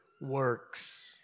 works